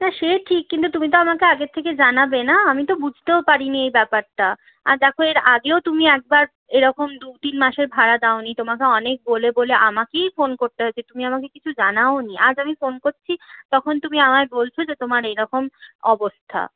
হ্যাঁ সে ঠিক কিন্তু তুমি তো আমাকে আগের থেকে জানাবে না আমি তো বুঝতেও পারিনি এই ব্যাপারটা আর দেখো এর আগেও তুমি একবার এরকম দু তিন মাসের ভাড়া দাওনি তোমাকে অনেক বলে বলে আমাকেই ফোন করতে হয়েছে তুমি আমাকে কিছু জানাওনি আজ আমি ফোন করছি তখন তুমি আমায় বলছো যে তোমার এইরকম অবস্থা